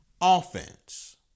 Offense